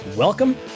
Welcome